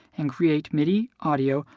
and create midi, audio,